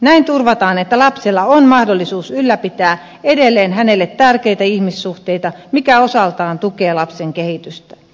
näin turvataan että lapsella on mahdollisuus ylläpitää edelleen hänelle tärkeitä ihmissuhteita mikä osaltaan tukee lapsen kehitystä